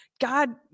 God